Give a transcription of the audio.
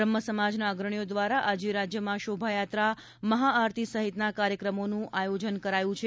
બ્રહ્મ સમાજના અગ્રણીઓ દ્વારા આજે રાજ્યમાં શોભાયાત્રા મહાઆરતી સહિતના કાર્યક્રમોનું આયોજન કરાયું છે